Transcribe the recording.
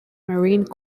marine